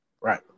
Right